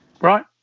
right